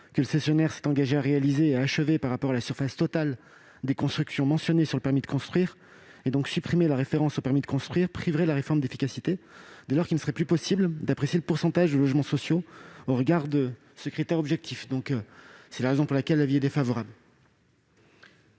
que le cessionnaire s'est engagé à achever par rapport à la surface totale des constructions mentionnée sur le permis de construire. Supprimer la référence au permis de construire priverait la réforme d'efficacité, dès lors qu'il ne serait plus possible d'apprécier le pourcentage de logements sociaux au regard de ce critère objectif. Je retire l'amendement, monsieur le